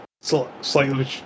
slightly